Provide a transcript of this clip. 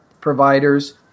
providers